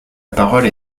parole